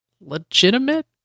legitimate